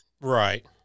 Right